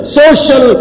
social